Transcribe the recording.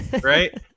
right